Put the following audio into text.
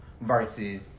versus